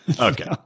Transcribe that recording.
Okay